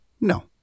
No